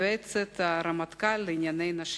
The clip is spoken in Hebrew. יועצת הרמטכ"ל לענייני נשים.